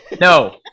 No